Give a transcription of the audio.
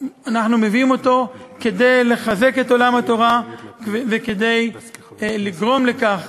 אנחנו מביאים אותו כדי לחזק את עולם התורה וכדי לגרום לכך